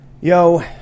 Yo